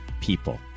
people